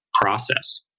process